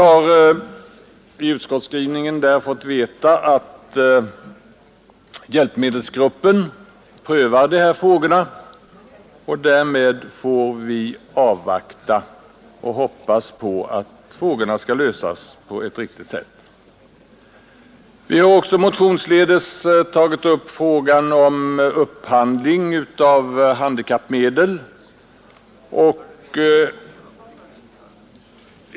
Av utskottets skrivning framgår att hjälpmedelsgruppen prövar dessa frågor, och vi får nu avvakta utvecklingen och hoppas att frågorna skall lösas på ett riktigt sätt. Vi har också motionsledes tagit upp frågan om upphandling av handikapphjälpmedel.